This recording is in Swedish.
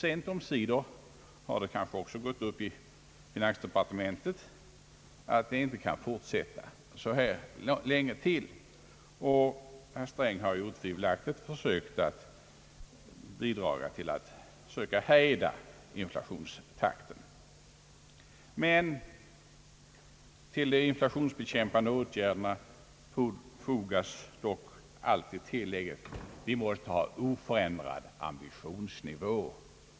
Sent omsider har det kanske också gått upp för finansdepartementet att det inte kan fortsätta så här länge till. Herr Sträng har otvivelaktigt försökt att bidraga till att hejda inflationstakten. Till de inflationsbekämpande åtgärderna fogas dock alltid tillägget: Vi måste ha oförändrad ambitionsnivå.